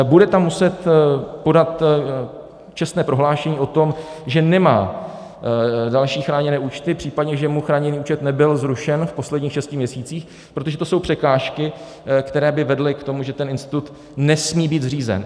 Bude tam muset podat čestné prohlášení o tom, že nemá další chráněné účty, případně že mu chráněný účet nebyl zrušen v posledních šesti měsících, protože to jsou překážky, které by vedly k tomu, že ten institut nesmí být zřízen.